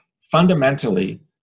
fundamentally